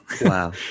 Wow